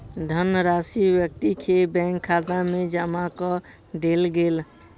धनराशि व्यक्ति के बैंक खाता में जमा कअ देल गेल